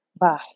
Bye